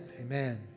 amen